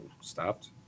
stopped